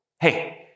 hey